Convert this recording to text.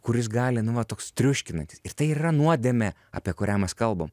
kuris gali nu va toks triuškinantis ir tai ir yra nuodėmė apie kurią mes kalbam